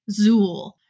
Zool